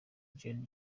gen